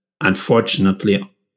unfortunately